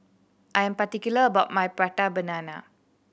I'm particular about my Prata Banana